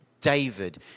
David